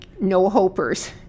no-hopers